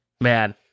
Man